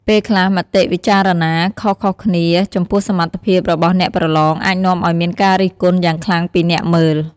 ពេលខ្លះមតិវិចារណាខុសៗគ្នាចំពោះសមត្ថភាពរបស់អ្នកប្រឡងអាចនាំឱ្យមានការរិះគន់យ៉ាងខ្លាំងពីអ្នកមើល។